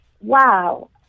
Wow